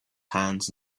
hands